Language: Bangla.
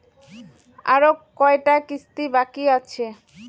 আরো কয়টা কিস্তি বাকি আছে?